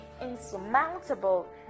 insurmountable